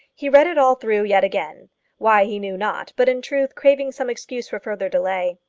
he read it all through yet again why he knew not, but in truth craving some excuse for further delay.